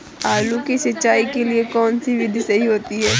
आलू की सिंचाई के लिए कौन सी विधि सही होती है?